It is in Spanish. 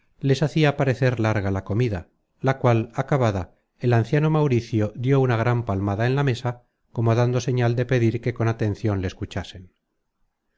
les hacia parecer larga la comida la cual acabada el anciano mauricio dió una gran palmada en la mesa como dando señal de pedir que con atencion le escuchasen